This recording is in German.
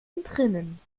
entrinnen